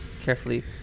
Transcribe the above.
carefully